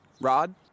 Rod